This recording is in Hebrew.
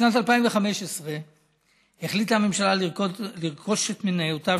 בשנת 2015 החליטה הממשלה לרכוש את מניותיו